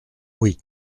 oui